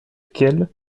quelle